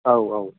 औ औ